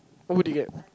what book did you get